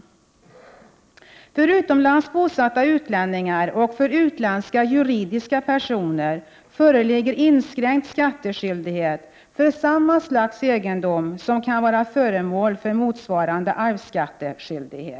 För utomlands bosatta utlänningar och för utländska juridiska personer föreligger inskränkt skattskyldighet för samma slags egendom som kan vara föremål för motsvarande arvsskatteskyldighet. Prot.